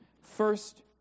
First